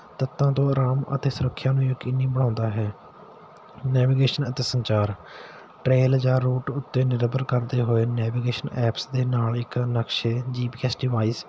ਤੱਤਾਂ ਤੂੰ ਆਰਾਮ ਅਤੇ ਸੁਰੱਖਿਆ ਦੇ ਯਕੀਨੀ ਬਣਾਉਂਦਾ ਹੈ ਨੈਵੀਗੇਸ਼ਨ ਅਤੇ ਸੰਚਾਰ ਟਰੇਲ ਜਾਂ ਰੂਟ ਉੱਤੇ ਨਿਰਭਰ ਕਰਦੇ ਹੋਏ ਨੈਵੀਗੇਸ਼ਨ ਐਪਸ ਦੇ ਨਾਲ ਇੱਕ ਨਕਸ਼ੇ ਜੀ ਪੀ ਐਸ ਡੀਵਾਈਸ